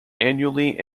annually